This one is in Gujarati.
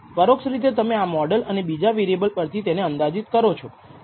પરોક્ષ રીતે તમે આ મોડલ અને બીજા વેરિએબલ પરથી તેને અંદાજિત કરો છો